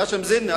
ח'שם- זנה,